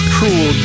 Cruel